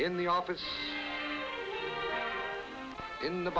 in the office in the